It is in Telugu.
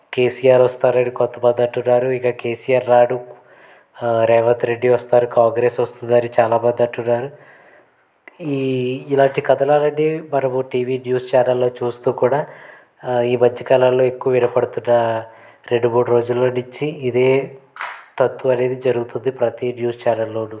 కేసీఆర్ వస్తారని కొంతమంది అంటున్నారు ఇంకా కేసీఆర్ రాడు రేవంత్ రెడ్డి వస్తారు కాంగ్రెస్ వస్తుంది అని చాలా మంది అంటున్నారు ఈ ఇలాంటి కథనాలన్నీ మనము టీవీ న్యూస్ ఛానల్లో చూస్తూ కూడా ఈ మధ్యకాలంలో ఎక్కువ వినబడుతున్న రెండు మూడు రోజుల్లో నుంచి ఇదే తత్వ అనేది జరుగుతుంది ప్రతి న్యూస్ ఛానల్లోనూ